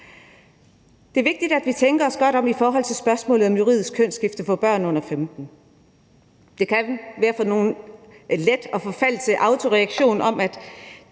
Det er vigtigt, at vi tænker os godt om i forhold til spørgsmålet om juridisk kønsskifte for børn under 15. Det kan for nogle være let at forfalde til automatreaktioner om at